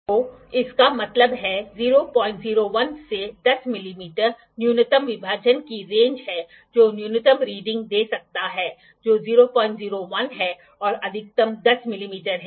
तो इसका मतलब है 001 से 10 मिमी न्यूनतम विभाजन की रेंज है जो न्यूनतम रीडिंग दे सकता है जो 001 है और अधिकतम 10 मिमी है